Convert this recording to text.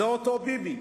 זה אותו ביבי.